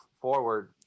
forward